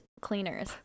cleaners